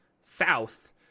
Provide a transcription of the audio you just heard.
south